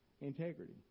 integrity